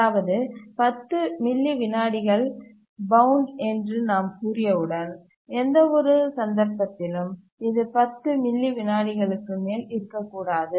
அதாவது 10 மில்லி விநாடிகள் பவுண்ட் என்று நாம் கூறியவுடன் எந்தவொரு சந்தர்ப்பத்திலும் இது 10 மில்லி விநாடிக்கு மேல் இருக்ககூடாது